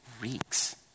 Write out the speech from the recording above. reeks